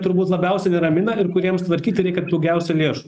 turbūt labiausiai neramina ir kuriems tvarkyti reikia daugiausia lėšų